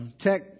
tech